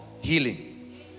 healing